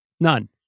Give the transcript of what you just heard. None